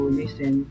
listen